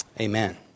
amen